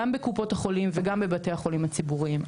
גם בקופות החולים וגם בבתי החולים הציבוריים.